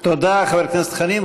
תודה, חבר הכנסת חנין.